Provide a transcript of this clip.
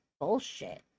bullshit